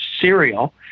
cereal